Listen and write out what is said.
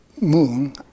moon